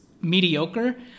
mediocre